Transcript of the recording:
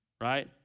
right